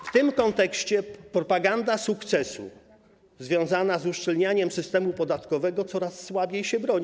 W tym kontekście propaganda sukcesu związana z uszczelnianiem systemu podatkowego coraz słabiej się broni.